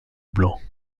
blanc